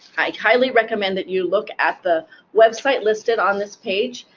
i highly recommend that you look at the website listed on this page.